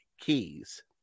Keys